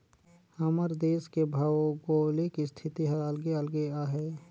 हमर देस के भउगोलिक इस्थिति हर अलगे अलगे अहे